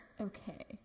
Okay